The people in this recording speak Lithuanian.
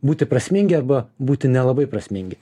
būti prasmingi arba būti nelabai prasmingi